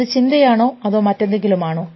അത് ചിന്തയാണോ അതോ മറ്റെന്തെങ്കിലുമാണോ